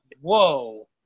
Whoa